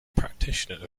practitioner